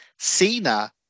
Cena